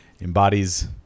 embodies